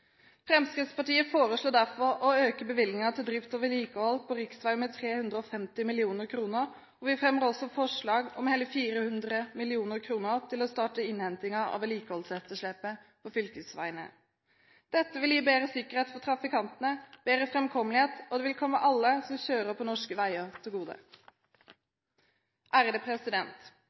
Fremskrittspartiet foreslår derfor å øke bevilgningen til drift og vedlikehold på riksvei med 350 mill. kr, og vi fremmer også forslag om hele 400 mill. kr til å starte innhentingen av vedlikeholdsetterslepet på fylkesveiene. Dette vil gi bedre sikkerhet for trafikantene, bedre framkommelighet, og det vil komme alle som kjører på norske veier, til gode.